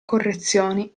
correzioni